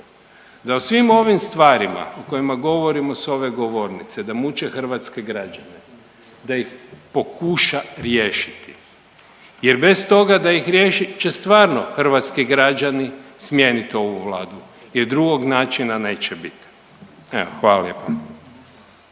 O svim ovim stvarima o kojima govorimo sa ove govornice da muče hrvatske građane, da ih pokuša riješiti jer bez toga da ih riješi će stvarno hrvatski građani smijeniti ovu Vladu jer drugog načina neće biti. Evo hvala lijepa.